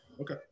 Okay